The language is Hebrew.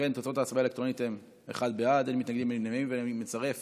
ההצעה להעביר את הנושא לוועדת